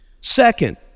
Second